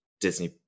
Disney